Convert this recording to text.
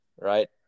right